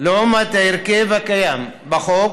לעומת ההרכב הקיים בחוק